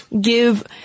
give